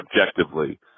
objectively